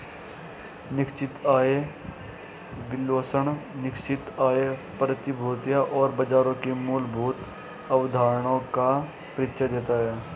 निश्चित आय विश्लेषण निश्चित आय प्रतिभूतियों और बाजारों की मूलभूत अवधारणाओं का परिचय देता है